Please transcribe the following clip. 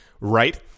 right